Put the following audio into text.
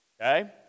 Okay